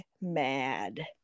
mad